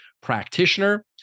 Practitioner